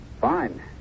Fine